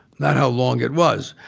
not how long it was.